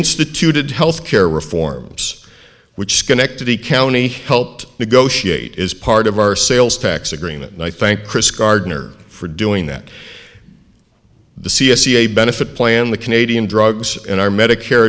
instituted health care reforms which schenectady county helped negotiate as part of our sales tax agreement and i thank chris gardner for doing that the c s c a benefit plan the canadian drugs and our medicare